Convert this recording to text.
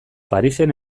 parisen